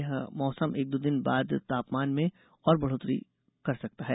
यहां मौसम एक दो दिन बाद तापमान में और बढोतरी हो सकती है